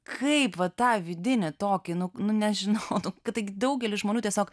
kaip va tą vidinį tokį nu nu nežinau nu taigi daugelis žmonių tiesiog